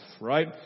right